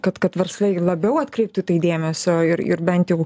kad kad verslai labiau atkreiptų į tai dėmesio ir ir bent jau